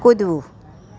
કૂદવું